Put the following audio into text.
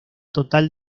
total